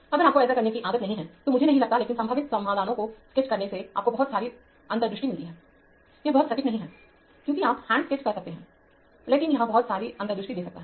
अगर आपको ऐसा करने की आदत नहीं है तो मुझे नहीं लगतालेकिन संभावित समाधानों को स्केच करने से आपको बहुत सारी अंतर्दृष्टि मिलती है यह बहुत सटीक नहीं है क्योंकि आप हैंड स्केच कर रहे हैं लेकिन यह बहुत सारी अंतर्दृष्टि दे सकता है